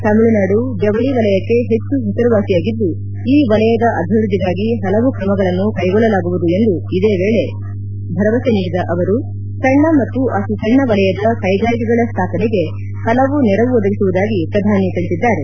ತಮಿಳುನಾಡು ಜವಳಿ ವಲಯಕ್ಕೆ ಹೆಚ್ಚು ಹೆಸರುವಾಸಿಯಾಗಿದ್ದು ಈ ವಲಯದ ಅಭಿವೃದ್ದಿಗಾಗಿ ಹಲವು ಕ್ರಮಗಳನ್ನು ಕೈಗೊಳ್ಳಲಾಗುವುದು ಎಂದು ಇದೇ ವೇಳೆ ಭರವಸೆ ನೀಡಿದ ಅವರು ಸಣ್ಣ ಮತ್ತು ಅತಿ ಸಣ್ಣ ವಲಯದ ಕೈಗಾರಿಕೆಗಳ ಸ್ವಾಪನೆಗೆ ಹಲವು ನೆರವು ಒದಗಿಸುವುದಾಗಿ ಪ್ರಧಾನಿ ತಿಳಿಸಿದ್ದಾರೆ